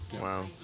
Wow